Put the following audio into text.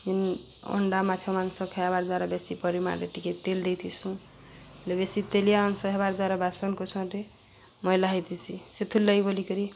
ଯେନ୍ ଅଣ୍ଡା ମାଛ ମାଂସ ଖାଏବାର୍ ଦ୍ୱାରା ବେଶୀ ପରିମାଣ୍ରେ ଟିକେ ତେଲ୍ ଦେଇଥିସୁଁ ହେଲେ ବେଶୀ ତେଲିଆ ମାଂସ ହେବାର୍ ଦ୍ୱାରା ବାସନ୍କୁସନ୍ରେ ମଏଲା ହେଇଥିସି ସେଥିରଲାଗି ବୋଲିକରି